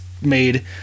made